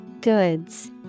Goods